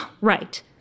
right